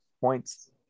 points